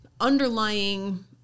underlying